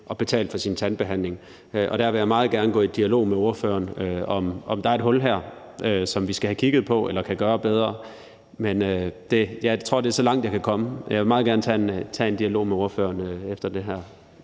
at betale for sin tandbehandling, og der vil jeg meget gerne gå i dialog med spørgeren om, om der er et hul her, som vi skal have kigget på, eller noget, vi kan gøre bedre. Men jeg tror, det er så langt, som jeg kan komme. Jeg vil meget gerne tage en dialog med spørgen efter